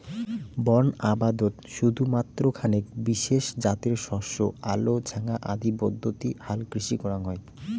বন আবদত শুধুমাত্র খানেক বিশেষ জাতের শস্য আলো ছ্যাঙা আদি পদ্ধতি হালকৃষি করাং হই